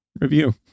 review